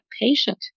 patient